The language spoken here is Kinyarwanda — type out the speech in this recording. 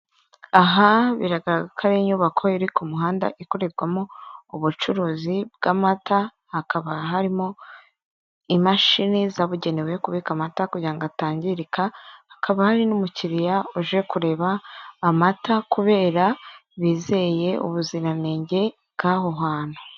Aha biragaragara ko ari inyubako iri ku muhanda ikorerwamo ubucuruzi bw'amata, hakaba harimo imashini zabugenewe kubika amata kugira atangirika, hakaba hari n'umukiriya uje kureba amata kubera bizeye ubuziranenge bw'aho hantu.